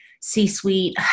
C-suite